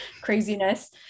craziness